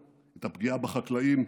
את הפגיעה בחקלאים,